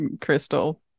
crystal